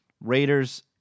Raiders